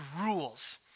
rules